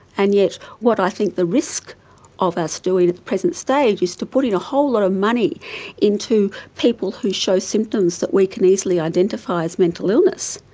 and yet what i think the risk of us doing at the present stage is to put in a whole lot of money into people who show symptoms that we can easily identify as mental illness,